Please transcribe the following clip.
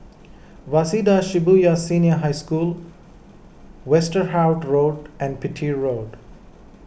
Waseda Shibuya Senior High School Westerhout Road and Petir Road